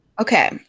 Okay